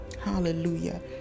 Hallelujah